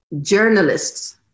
journalists